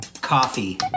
coffee